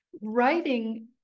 writing